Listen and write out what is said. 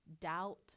doubt